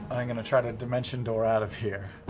i'm going to try to dimension door out of here.